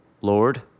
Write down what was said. Lord